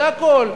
זה הכול.